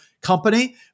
company